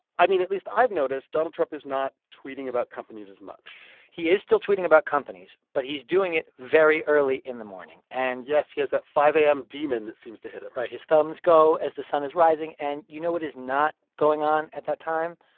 i mean, at least i've noticed donald trump is not tweeting about companies as much he is still tweeting about companies. but he's doing it very early in the morning. and. yes, he has that five a m. demon that seems to hit him right. his thumbs go as the sun is rising. and you know what is not going on at that time?